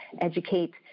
educate